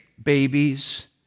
babies